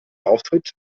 auftritt